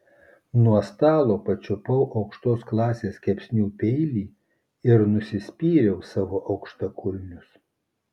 nuo stalo pačiupau aukštos klasės kepsnių peilį ir nusispyriau savo aukštakulnius